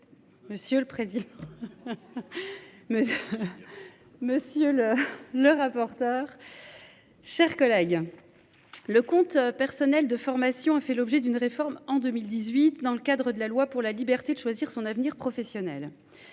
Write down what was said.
Monsieur le président. Monsieur. Monsieur le. Le rapporteur. Chers collègues. Le compte personnel de formation a fait l'objet d'une réforme en 2018 dans le cadre de la loi pour la liberté de choisir son avenir professionnel.